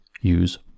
use